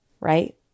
Right